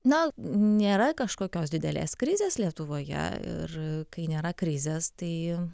na nėra kažkokios didelės krizės lietuvoje ir kai nėra krizės tai